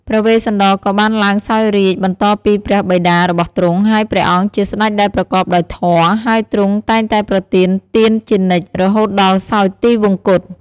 ព្រះវេស្សន្តរក៏បានឡើងសោយរាជ្យបន្តពីព្រះបិតារបស់ ហើយព្រះអង្គជាស្តេចដែលប្រកបដោយធម៌ ហើយទ្រង់តែងតែប្រទានទានជានិច្ចរហូតដល់សោយទីវង្គត។